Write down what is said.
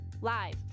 live